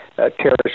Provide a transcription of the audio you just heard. Terrorist